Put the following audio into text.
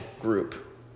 group